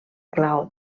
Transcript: clau